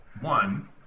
one